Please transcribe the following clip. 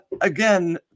again